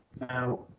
Now